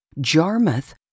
Jarmuth